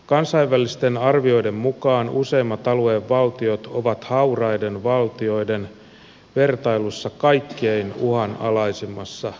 kansainvälisten arvioiden mukaan useimmat alueen valtiot ovat hauraiden valtioiden vertailussa kaikkein uhanalaisimmassa kategoriassa